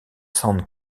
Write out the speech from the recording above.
san